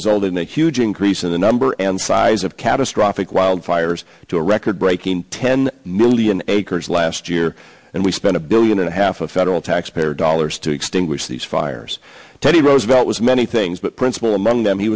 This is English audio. resulted in a huge increase in the number and size of catastrophic wildfires to a record breaking ten million acres last year and we spend a billion and a half of federal taxpayer dollars to extinguish these fires teddy roosevelt was many things but principal among them he